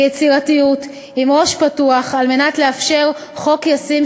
ביצירתיות ועם ראש פתוח כדי לאפשר חוק ישים,